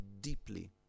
deeply